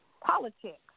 politics